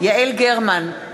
יעל גרמן,